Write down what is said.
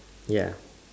ya